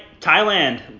thailand